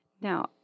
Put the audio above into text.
Now